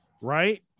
Right